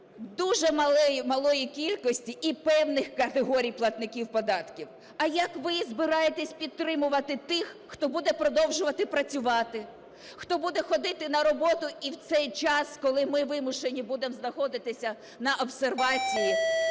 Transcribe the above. дуже малої кількості і певних категорій платників податків. А як ви збираєтесь підтримувати тих, хто буде продовжувати працювати, хто буде ходити на роботу, і в цей час, коли ми вимушені будемо знаходитися на обсервації,